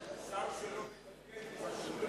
שר שלא מתפקד,